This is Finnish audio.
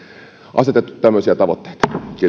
asetettu tämmöisiä tavoitteita